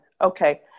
okay